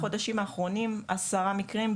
בחודשים האחרונים היו עשרה מקרים,